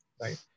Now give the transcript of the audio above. right